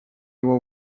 его